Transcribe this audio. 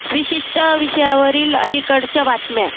विशिष्ट विषयावरील अलीकडच्या बातम्या